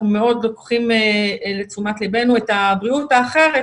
אנחנו לוקחים לתשומת ליבנו את הבריאות האחרת,